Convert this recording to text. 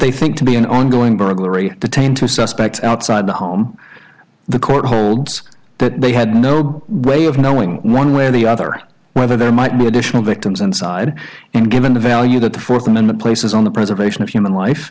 they think to be an ongoing burglary detain two suspects outside the home the court holds that they had no way of knowing one way or the other whether there might be additional victims inside and given the value the force and the places on the preservation of human life